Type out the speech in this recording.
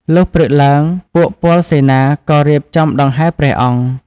លុះព្រឹកឡើង ពួកពលសេនាក៏រៀបចំដង្ហែព្រះអង្គ។